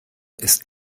ist